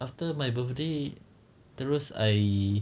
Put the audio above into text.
after my birthday terus I